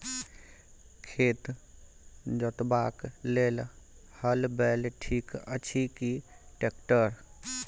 खेत जोतबाक लेल हल बैल ठीक अछि की ट्रैक्टर?